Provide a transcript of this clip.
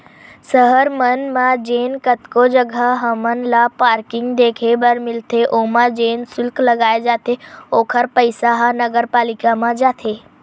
सहर मन म जेन कतको जघा म हमन ल पारकिंग देखे बर मिलथे ओमा जेन सुल्क लगाए जाथे ओखर पइसा ह नगरपालिका म जाथे